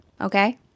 Okay